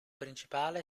principale